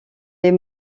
les